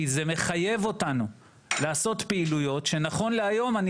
כי זה מחייב אותנו לעשות פעילויות שנכון להיום אני